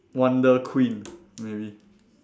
wonder queen maybe